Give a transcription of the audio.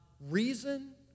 reason